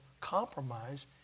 compromise